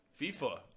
FIFA